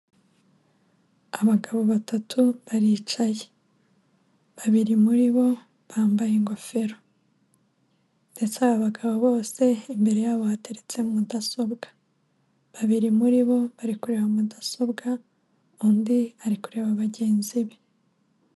Abagabo batatu baricaye babiri muri bo bambaye ingofero ndetse aba bagabo bose imbere yabo hateretse mudasobwa, babiri muri bo bari kureba mudasobwa undi ari kureba bagenzi be.